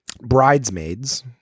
Bridesmaids